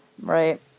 right